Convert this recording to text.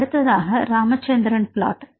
அடுத்ததாக ராமச்சந்திரன் பிளாட்